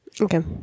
Okay